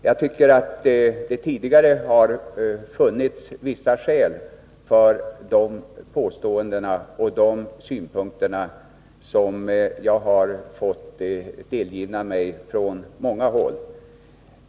Jag tycker att det tidigare har funnits vissa skäl för dessa påståenden, som jag hört från många håll.